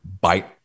bite